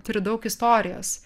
turi daug istorijos